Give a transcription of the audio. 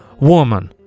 Woman